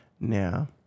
now